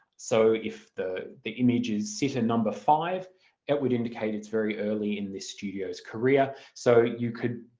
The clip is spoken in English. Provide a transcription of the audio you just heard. so if the the image is sitter number five that would indicate it's very early in this studio's career so you could